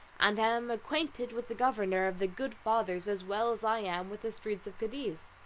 and am acquainted with the government of the good fathers as well as i am with the streets of cadiz.